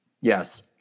Yes